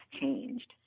changed